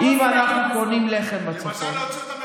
אם אנחנו קונים לחם בצפון,